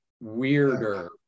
weirder